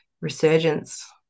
resurgence